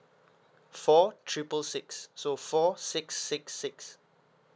four triple six so four six six six